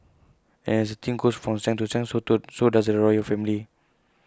as the team goes from strength to strength too so does the royal family